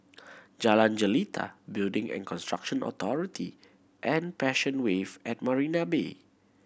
Jalan Jelita Building and Construction Authority and Passion Wave at Marina Bay